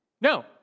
No